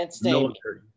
military